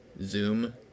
zoom